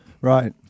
Right